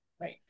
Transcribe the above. Right